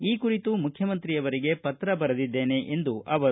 ಈ ಕುರಿತು ಮುಖ್ಯಮಂತ್ರಿಯವರಿಗೆ ಪತ್ರ ಬರೆದಿದ್ದೇನೆ ಎಂದರು